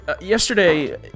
yesterday